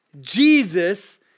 Jesus